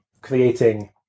creating